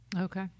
Okay